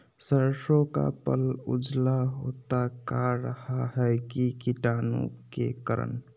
सरसो का पल उजला होता का रहा है की कीटाणु के करण?